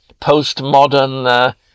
postmodern